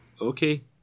Okay